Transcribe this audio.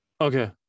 okay